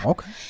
Okay